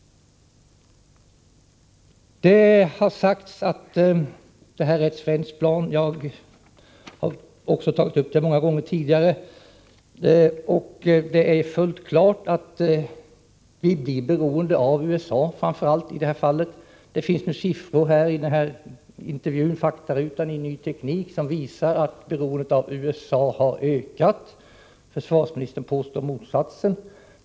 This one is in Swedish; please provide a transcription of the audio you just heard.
Det har sagts att det här är ett svenskt plan. Jag har tagit upp den frågan många gånger tidigare. Det är fullt klart att vi blir beroende av USA framför allt i detta fall. Det finns i en faktaruta i Ny Teknik siffran som visar att beroendet av USA har ökat. Försvarsministern påstår motsatsen.